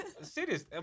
Serious